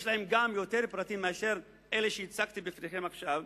יותר פרטים מאשר אלה שהצגתי בפניכם עכשיו,